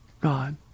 God